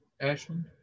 Ashland